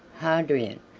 hadrian,